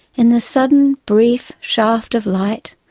in the sudden brief shaft of light,